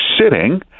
sitting